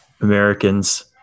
americans